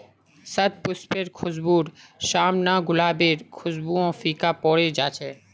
शतपुष्पेर खुशबूर साम न गुलाबेर खुशबूओ फीका पोरे जा छ